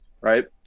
Right